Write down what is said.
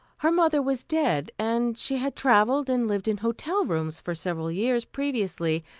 her mother was dead and she had traveled and lived in hotel rooms for several years previously,